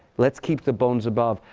let's keep the bones above.